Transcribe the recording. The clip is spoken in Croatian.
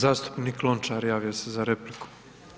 Zastupnik Lončar javio se za repliku.